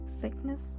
sickness